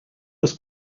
was